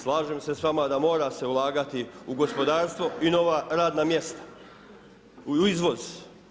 Slažem se s vama da mora se ulagati u gospodarstvo i nova radna mjesta i u izvoz.